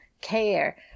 care